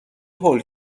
هول